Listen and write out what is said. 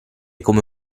come